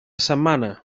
setmana